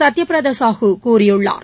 சத்யபிரதாசாஹூ கூறியுள்ளார்